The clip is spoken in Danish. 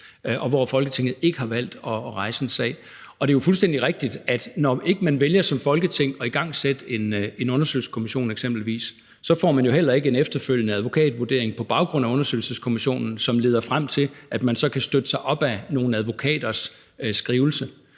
og hvor Folketinget ikke har valgt at rejse en sag. Og det er fuldstændig rigtigt, at når man som Folketing vælger ikke at nedsætte en undersøgelseskommission eksempelvis, får man jo heller ikke en efterfølgende advokatvurdering på baggrund af undersøgelseskommissionen, som leder frem til, at man så kan læne sig op ad nogle advokaters skrivelse.